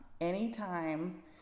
Anytime